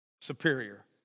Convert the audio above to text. superior